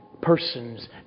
persons